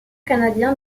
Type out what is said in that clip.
canadien